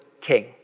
king